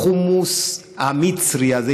זה החומוס המצרי הזה,